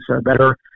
better